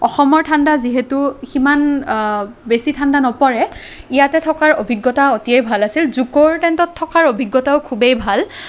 অসমৰ ঠাণ্ডা যিহেতু সিমান বেছি ঠাণ্ডা নপৰে ইয়াতে থকাৰ অভিজ্ঞতা অতিয়ে ভাল আছিল জক'ৰ টেণ্টত থকাৰ অভিজ্ঞতাও খুবেই ভাল